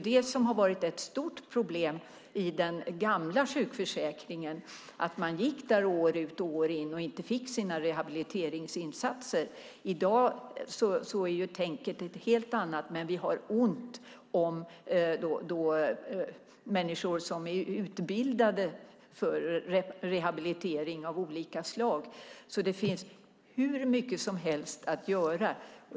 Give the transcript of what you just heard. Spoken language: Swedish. Det har varit ett stort problem i den gamla sjukförsäkringen att människor gick där år ut och år in och inte fick sina rehabiliteringsinsatser. I dag är tänket ett helt annat. Men vi har ont om människor som är utbildade för rehabilitering av olika slag. Det finns hur mycket som helst att göra.